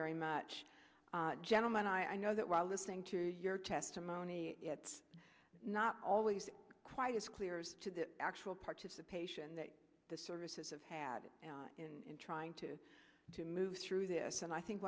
very much gentlemen i know that while listening to your testimony it's not always quite as clear as to the actual participation that the services have had in trying to to move through this and i think